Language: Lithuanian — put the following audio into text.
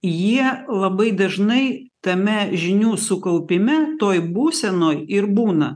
jie labai dažnai tame žinių sukaupime toj būsenoj ir būna